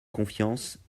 confiance